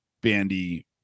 Bandy